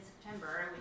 September